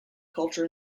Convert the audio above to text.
culture